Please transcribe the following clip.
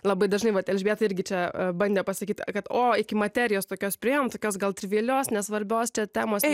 labai dažnai vat elžbieta irgi čia e bandė pasakyti kad o iki materijos tokios priėjom tokios gal trivialios nesvarbios temos